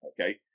okay